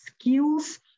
skills